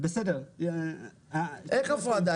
איך הפרדה?